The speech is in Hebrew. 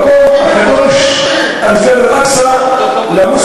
המקום הזה הוא המקום הכי מקודש גם ליהודים,